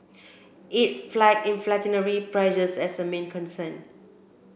it flagged inflationary pressures as a main concern